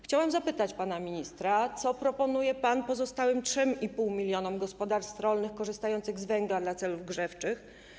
Chciałam zapytać pana ministra, co proponuje pan pozostałym 3,5 mln gospodarstw rolnych korzystających z węgla dla celów grzewczych.